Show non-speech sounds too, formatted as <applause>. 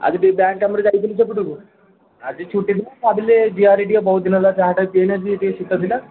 ଆଜି ଟିକିଏ ବ୍ୟାଙ୍କ କାମରେ ଯାଇଥିଲି ସେପଟକୁ ଆଜି ଛୁଟି ଥିଲା ଭାବିଲି ଯିବାହେରି ଟିକିଏ ବହୁତ୍ ଦିନ ହେଲା ଚାହାଟା ବି ପିନେ <unintelligible> ଶୀତଦିନ